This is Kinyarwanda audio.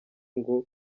ngo